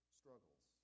struggles